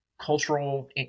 cultural